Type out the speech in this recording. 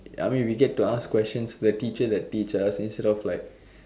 I mean we get ask questions to the teacher who teach us instead of like